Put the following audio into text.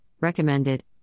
recommended